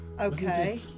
Okay